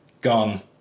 gone